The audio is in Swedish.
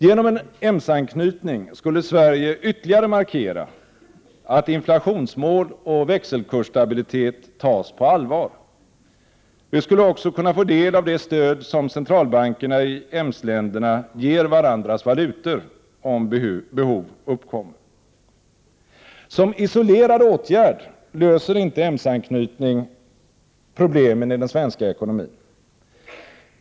Genom en EMS-anknytning skulle Sverige ytterligare markera att inflationsmål och växelkursstabilitet tas på allvar. Vii Sverige skulle också kunna få del av det stöd som centralbankerna i EMS-länderna ger varandras valutor, om behov uppkommer. Som isolerad åtgärd löser inte en EMS-anknytning problemen i den svenska ekonomin.